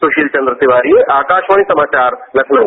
सुशील चंद्र तिवारी आकाशवाणी समाचार लखनऊ